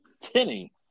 Tinny